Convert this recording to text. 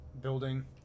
building